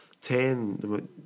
ten